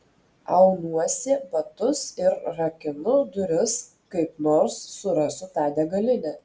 aunuosi batus ir rakinu duris kaip nors surasiu tą degalinę